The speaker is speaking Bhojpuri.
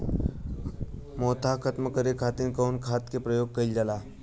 मोथा खत्म करे खातीर कउन खाद के प्रयोग कइल जाला?